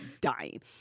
dying